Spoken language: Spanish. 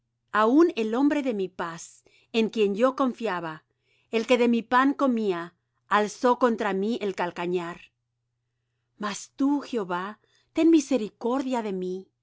aun el hombre de mi paz en quien yo confiaba el que de mi pan comía alzó contra mí el calcañar mas tú jehová ten misericordia de mí